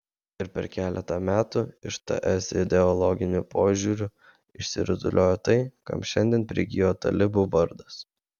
ir per keletą metų iš ts ideologiniu požiūriu išsirutuliojo tai kam šiandien prigijo talibų vardas